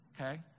okay